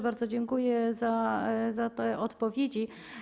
Bardzo dziękuję za te odpowiedzi.